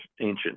ancient